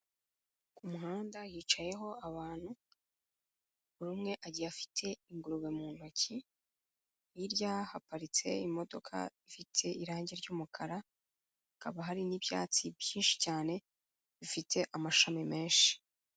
Ku muhanda hicayeho abantu, buri umwe agiye afite ingurube mu ntoki, hirya haparitse imodoka ifite irangi ry'umukara, hakaba hari n'ibyatsi byinshi cyane bifite amashami menshi.